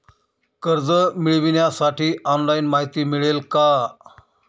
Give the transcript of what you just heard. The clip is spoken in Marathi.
कर्ज मिळविण्यासाठी ऑनलाइन माहिती मिळेल का?